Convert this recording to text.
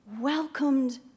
welcomed